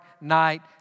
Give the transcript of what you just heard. night